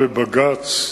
פרטית,